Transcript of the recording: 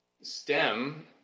stem